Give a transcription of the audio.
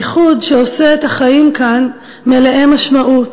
הייחוד שעושה את החיים כאן מלאי משמעות,